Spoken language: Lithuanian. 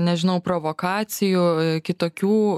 nežinau provokacijų kitokių